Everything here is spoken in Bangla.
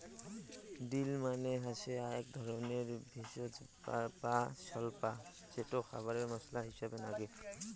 ডিল মানে হসে আক ধরণের ভেষজ বা স্বল্পা যেটো খাবারে মশলা হিছাবে নাগে